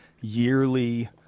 yearly